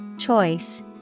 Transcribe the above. Choice